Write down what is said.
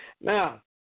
Now